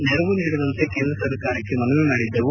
ನೆರವು ನೀಡುವಂತೆ ಕೇಂದ್ರ ಸರಕಾರಕ್ಕೆ ಮನವಿ ಮಾಡಿದ್ದೆವು